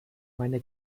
meine